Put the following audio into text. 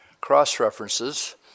cross-references